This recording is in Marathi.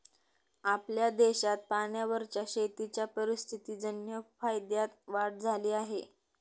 आपल्या देशात पाण्यावरच्या शेतीच्या परिस्थितीजन्य फायद्यात वाढ झाली आहे